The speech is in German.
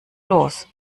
los